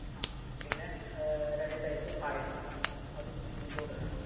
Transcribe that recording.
ആ പിന്നെ രണ്ട് ടൈപ്പ് പായസം അതും ഇൻക്ലൂഡെഡ് ആണ്